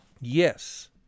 yes